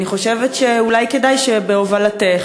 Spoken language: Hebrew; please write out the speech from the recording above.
אני חושבת שאולי כדאי שבהובלתך,